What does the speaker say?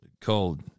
Called